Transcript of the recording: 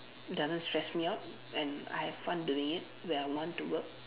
doesn't stress me out and I have fun doing it when I want to work